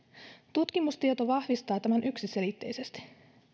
tutkimustieto vahvistaa tämän yksiselitteisesti